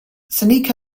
seneca